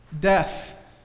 Death